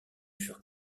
furent